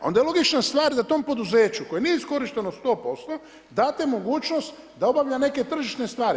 Onda je logična stvar da tom poduzeću koje nije iskorišteno 100% date mogućnost da obavlja neke tržišne stvari.